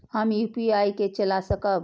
हम यू.पी.आई के चला सकब?